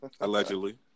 Allegedly